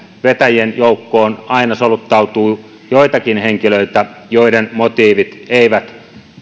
vetäjien joukkoon aina soluttautuu joitakin henkilöitä joiden motiivit eivät